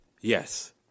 Yes